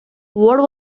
what